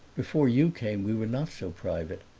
before you came we were not so private.